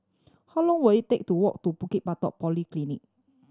how long will it take to walk to Bukit Batok Polyclinic